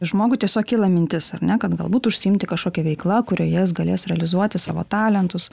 žmogui tiesiog kyla mintis ar ne kad galbūt užsiimti kažkokia veikla kurioje jis galės realizuoti savo talentus